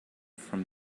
from